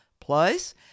Plus